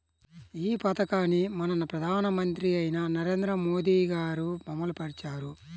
ఈ పథకాన్ని మన ప్రధానమంత్రి అయిన నరేంద్ర మోదీ గారు అమలు పరిచారు